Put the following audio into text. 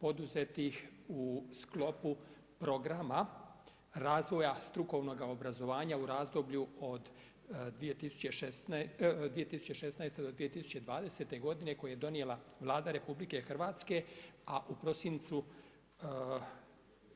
poduzeti ih u sklopu programa razvoja strukovnog obrazovanja u razdoblju od 2016. do 2020. godine koje je donijela Vlada RH, a u prosincu